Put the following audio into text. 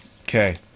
okay